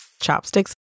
Chopsticks